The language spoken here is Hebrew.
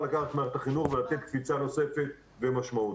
לקחת את מערכת החינוך ולתת קפיצה נוספת ומשמעותית.